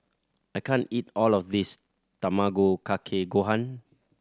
I can't eat all of this Tamago Kake Gohan